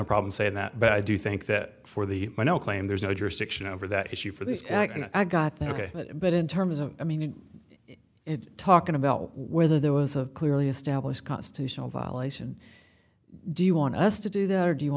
problem saying that but i do think that for the claim there's no jurisdiction over that issue for these i got there ok but in terms of i mean in talking about whether there was a clearly established constitutional violation do you want us to do that or do you want